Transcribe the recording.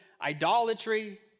idolatry